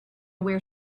where